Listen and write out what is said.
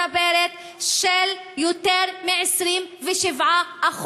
מצטברת של יותר מ-27%.